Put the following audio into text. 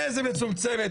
איזה מצומצמת.